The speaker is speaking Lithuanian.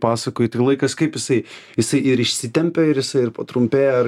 pasakoji tai laikas kaip jisai jisai ir išsitempia ir jisai ir patrumpėja ar